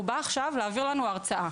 והוא בא עכשיו להעביר לנו הרצאה.